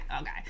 Okay